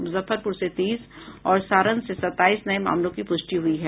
मुजफ्फरपुर से तीस और सारण से सताईस नये मामलों की पुष्टि हुई है